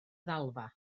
ddalfa